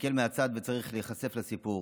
מסתכל מהצד, וצריך להיחשף לסיפור.